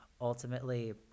ultimately